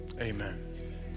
Amen